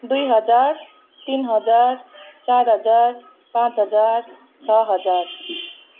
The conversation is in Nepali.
दुई हजार तिन हजार चार हजार पाँच हजार छ हजार